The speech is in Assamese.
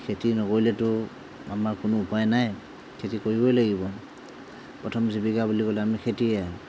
খেতি নকৰিলেতো আমাৰ কোনো উপায় নাই খেতি কৰিবই লাগিব প্ৰথম জীৱিকা বুলি ক'লে আমাৰ খেতিয়েই